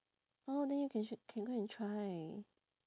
oh then you can sh~ can go and try